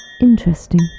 Interesting